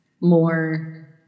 more